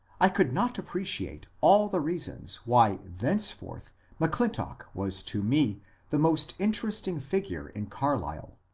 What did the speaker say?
i could not appreciate all the reasons why thenceforth m'clintock was to me the most interesting figure in carlisle.